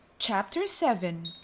chapter seven